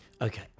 Okay